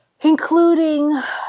including